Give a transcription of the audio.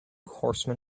horsemen